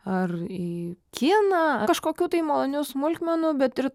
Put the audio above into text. ar į kiną kažkokių tai malonių smulkmenų bet ir